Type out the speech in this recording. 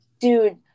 Dude